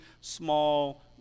small